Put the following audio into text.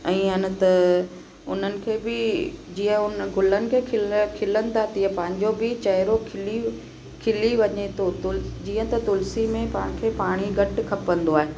ऐं अन त उन्हनि खे बि जीअं उन गुलनि खे खिल खिलन था तीअं पंहिंजो बि चहिरो खिली खिली वञे थो तूं जीअं त तुलसी में पाण खे पाणी घटि खपंदो आहे